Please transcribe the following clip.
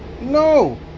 No